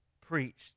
preached